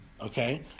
Okay